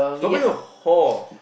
stop being a whore